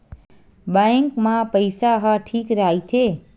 Bank मा पईसा ह ठीक राइथे?